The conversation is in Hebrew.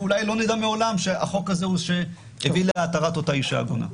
ואולי לא נדע מעולם שהחוק הזה הוא שהביא להתרת אותה אישה עגונה.